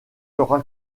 sera